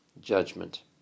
judgment